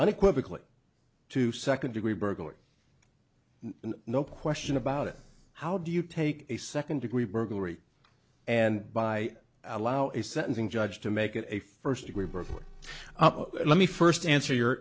unequivocally to second degree burglary no question about it how do you take a second degree burglary and by allow a sentencing judge to make it a first degree burglary let me first answer